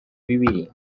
bibiri